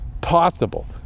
possible